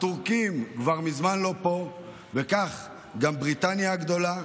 הטורקים כבר מזמן לא פה, וכך גם בריטניה הגדולה,